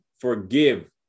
forgive